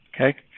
Okay